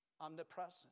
omnipresent